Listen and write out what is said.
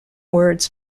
words